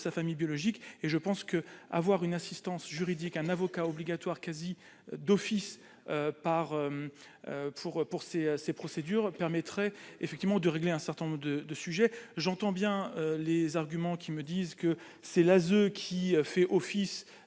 sa famille biologique et je pense que avoir une assistance juridique, un avocat obligatoire quasi d'office par pour pour ces ces procédures permettrait effectivement de régler un certain nombre de sujets, j'entends bien les arguments qui me disent que c'est l'ASE qui fait Office